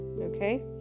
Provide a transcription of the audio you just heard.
Okay